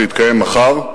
שיתקיים מחר.